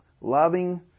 loving